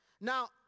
now